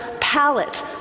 palette